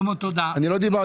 אני משבח